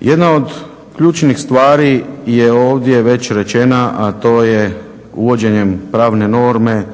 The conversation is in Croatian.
Jedna od ključnih stvari je ovdje već rečena, a to je uvođenjem pravne norme